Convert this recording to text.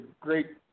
great